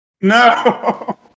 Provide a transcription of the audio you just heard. No